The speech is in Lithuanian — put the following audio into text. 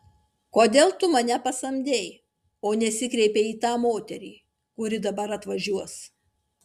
kodėl tu mane pasamdei o nesikreipei į tą moterį kuri dabar atvažiuos